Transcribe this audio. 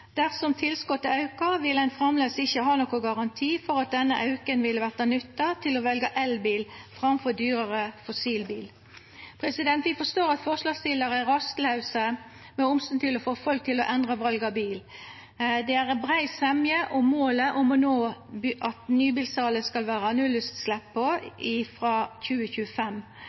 Dersom tilskotet auka, ville ein framleis ikkje ha nokon garanti for at denne auken ville verta nytta til å velja elbil framfor dyrare fossilbil. Vi forstår at forslagsstillarane er rastlause med omsyn til å få folk til å endra val av bil. Det er brei semje om målet om at nybilsalet skal vera berre av nullutsleppsbilar frå 2025.